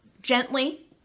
Gently